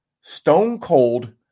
stone-cold